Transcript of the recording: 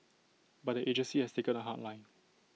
but the agency has taken A hard line